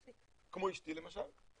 כמו אשתי למשל,